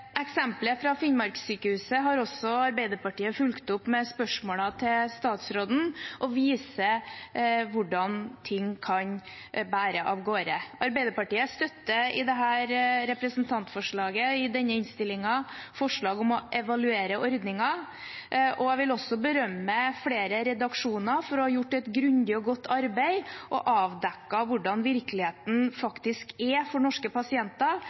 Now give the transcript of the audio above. Eksemplet fra Finnmarkssykehuset har Arbeiderpartiet fulgt opp med spørsmål til statsråden, og det viser hvordan ting kan bære av gårde. Arbeiderpartiet støtter i denne innstillingen forslaget i representantforslaget om å evaluere ordningen. Jeg vil også berømme flere redaksjoner for å ha gjort et grundig og godt arbeid og avdekket hvordan virkeligheten faktisk er for norske pasienter.